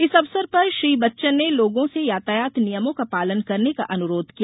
इस अवसर पर श्री बच्चन ने लोगों से यातायात नियमों का पालन करने का अनुरोध किया